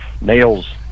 nails